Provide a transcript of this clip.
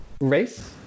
race